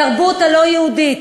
התרבות הלא-יהודית,